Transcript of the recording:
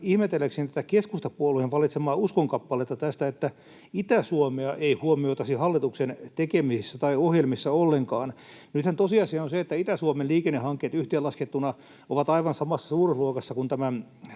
ihmetelläkseni tätä keskustapuolueen valitsemaa uskonkappaletta tästä, että Itä-Suomea ei huomioitaisi hallituksen tekemisissä tai ohjelmissa ollenkaan. Nythän tosiasia on se, että Itä-Suomen liikennehankkeet yhteenlaskettuina ovat aivan samassa suuruusluokassa kuin